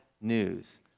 news